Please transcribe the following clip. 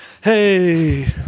hey